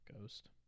Ghost